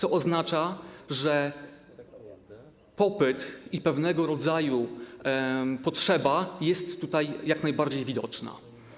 To oznacza, że popyt i pewnego rodzaju potrzeba są tutaj jak najbardziej widoczne.